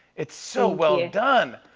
it's so well done.